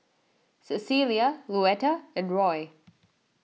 Cecilia Louetta and Roy